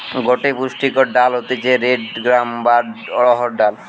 গটে পুষ্টিকর ডাল হতিছে রেড গ্রাম বা অড়হর ডাল